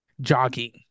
jogging